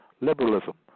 liberalism